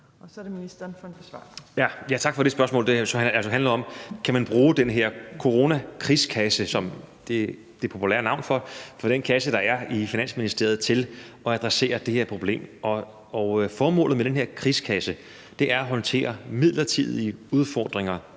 14:58 Sundhedsministeren (Magnus Heunicke): Tak for det spørgsmål, som jo altså handler om, om man kan bruge den her coronakrigskasse, som er det populære navn for den kasse, der er i Finansministeriet, til at adressere det her problem. Formålet med den her krigskasse er at håndtere midlertidige udfordringer